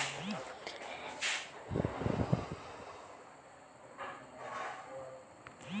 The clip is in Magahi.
कोन्सेसनल लोनक साफ्ट लोन भी कह छे